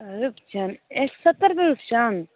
रुपचन एक सओ सत्तरि रुपैए रुपचन